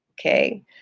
Okay